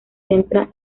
centra